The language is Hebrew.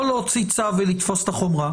או להוציא צו ולתפוס את החומרה